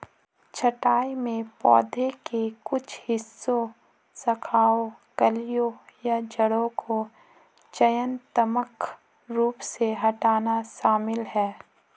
छंटाई में पौधे के कुछ हिस्सों शाखाओं कलियों या जड़ों को चयनात्मक रूप से हटाना शामिल है